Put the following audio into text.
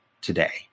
today